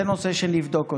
זה נושא שנבדוק אותו.